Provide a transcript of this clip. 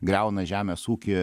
griauna žemės ūkį